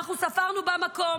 אנחנו ספרנו במקום,